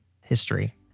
history